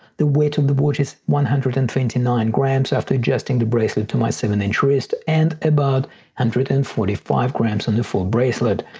the weight of the watch is one hundred and twenty nine grams after adjusting the bracelet to my seven inch wrist and about one hundred and forty five grams on the full bracelet.